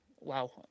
Wow